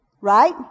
Right